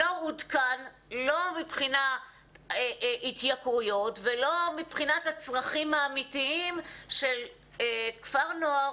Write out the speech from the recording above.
לא עודכן לא מבחינת התייקרויות ולא מבחינת הצרכים האמיתיים של כפר נוער,